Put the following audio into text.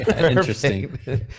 interesting